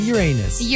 Uranus